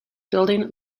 building